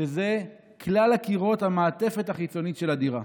שזה כלל הקירות, המעטפת החיצונית של הדירה.